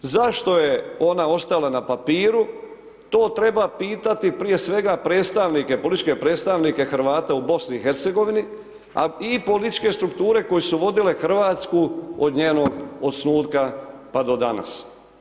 Zašto je ona ostala na papiru to treba pitati prije svega predstavnike, političke predstavnike Hrvata u BiH a i političke strukture koje su vodile Hrvatsku od njenog osnutka pa do danas.